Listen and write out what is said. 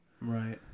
Right